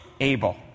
Abel